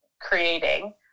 creating